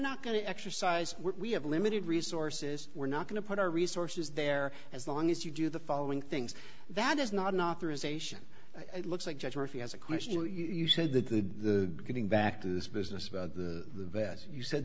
not going to exercise we have limited resources we're not going to put our resources there as long as you do the following things that is not an authorization it looks like judge murphy has a question you said that the the getting back to this business about the bad you said